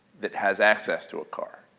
that has access to a car.